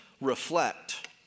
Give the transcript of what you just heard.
reflect